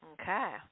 Okay